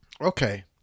Okay